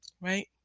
right